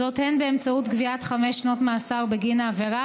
הן באמצעות קביעת חמש שנות מאסר בגין העבירה